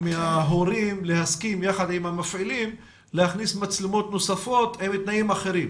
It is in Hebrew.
מההורים להסכים יחד עם המפעיים להכניס מצלמות נוספות עם תנאים אחרים.